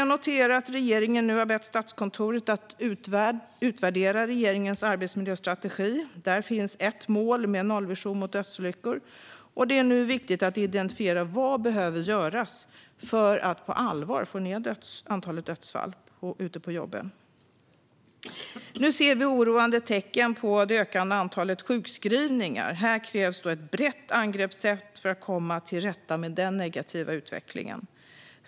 Jag noterar att regeringen nu har bett Statskontoret att utvärdera regeringens arbetsmiljöstrategi. Där finns ett mål med nollvision mot dödsolyckor. Det är viktigt att identifiera vad som behöver göras för att på allvar få ned antalet dödsfall på jobben. Nu ser vi oroande tecken på det ökande antalet sjukskrivningar. Här krävs ett brett angreppssätt för att komma till rätta med den negativa utvecklingen.